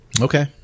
Okay